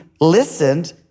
listened